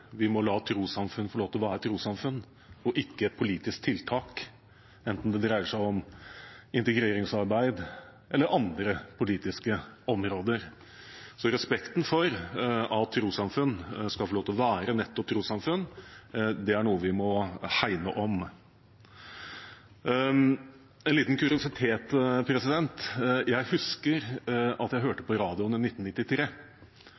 vi må la trossamfunn få lov til å være trossamfunn og ikke et politisk tiltak, enten det dreier seg om integreringsarbeid eller om andre politiske områder. Respekten for at trossamfunn skal få lov til å være nettopp trossamfunn, er noe vi må hegne om. En liten kuriositet: Jeg husker at jeg hørte